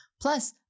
Plus